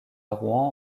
rouen